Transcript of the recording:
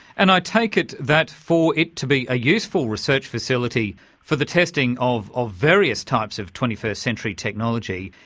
and i take it that for it to be a useful research facility for the testing of ah various types of twentieth century technology,